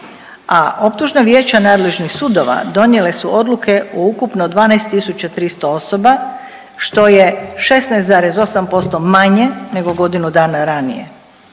a optužna vijeća nadležnih sudova donijele su odluke u ukupno 12300 osoba što je 16,8% manje nego godinu dana ranije.